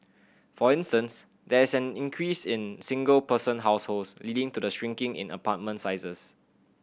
for instance there is an increase in single person households leading to the shrinking in apartment sizes